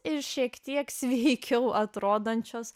ir šiek tiek sveikiau atrodančios